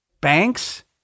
Banks